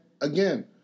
again